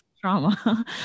trauma